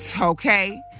Okay